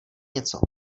něco